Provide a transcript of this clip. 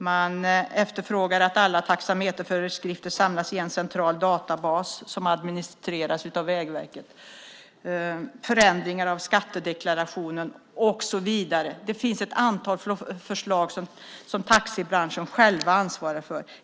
Man efterfrågar att alla taxameterföreskrifter samlas i en central databas som administreras av Vägverket. Det handlar om förändringar av skattedeklarationen och så vidare. Det finns ett antal förslag som taxibranschen själv ansvarar för.